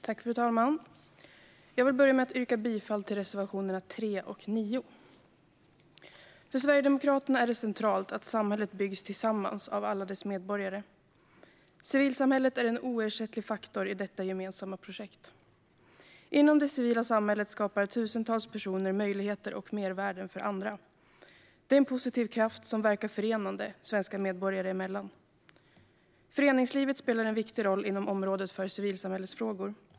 Fru talman! Jag vill börja med att yrka bifall till reservationerna 3 och 9. För Sverigedemokraterna är det centralt att samhället byggs tillsammans av alla dess medborgare. Civilsamhället är en oersättlig faktor i detta gemensamma projekt. Inom det civila samhället skapar tusentals personer möjligheter och mervärden för andra. Det är en positiv kraft som verkar förenande svenska medborgare emellan. Föreningslivet spelar en viktig roll inom området för civilsamhällesfrågor.